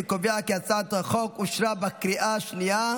אני קובע כי הצעת החוק אושרה בקריאה השנייה.